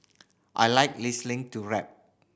I like listening to rap